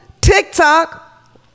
TikTok